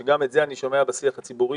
גם את זה אני שומע בשיח הציבורי.